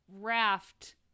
raft